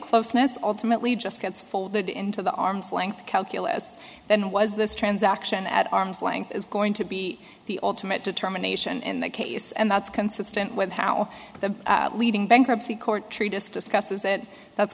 closeness ultimately just gets folded into the arms length calculus then was this transaction at arm's length is going to be the ultimate determination in that case and that's consistent with how the leading bankruptcy court treatise discusses it that's